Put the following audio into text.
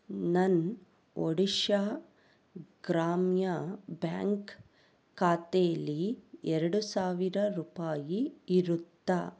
ನನ್ನ ಒಡಿಶಾ ಗ್ರಾಮ್ಯ ಬ್ಯಾಂಕ್ ಖಾತೆಯಲ್ಲಿ ಎರಡು ಸಾವಿರ ರೂಪಾಯಿ ಇರುತ್ತಾ